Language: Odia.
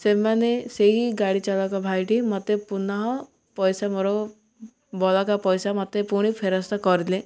ସେମାନେ ସେଇ ଗାଡ଼ି ଚଲାକ ଭାଇଟି ମୋତେ ପୁନଃ ପଇସା ମୋର ବଳକା ପଇସା ମୋତେ ପୁଣି ଫେରସ୍ତ କରିଲେ